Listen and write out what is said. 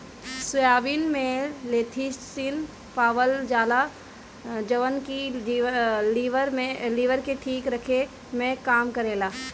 soybean में lecithin पावल जाला जवन की लीवर के ठीक रखे में काम करेला